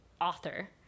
author